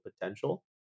potential